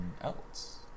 else